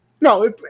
no